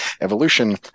evolution